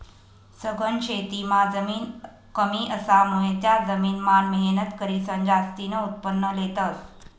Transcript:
सघन शेतीमां जमीन कमी असामुये त्या जमीन मान मेहनत करीसन जास्तीन उत्पन्न लेतस